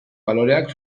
baloreak